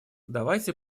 давайте